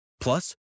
Plus